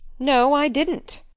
no, i didn't.